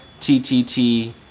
TTT